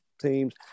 teams